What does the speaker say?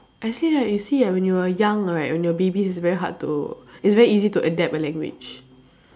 actually right you see ah when you were young right when you are baby it's very hard to it's very easy to adapt a language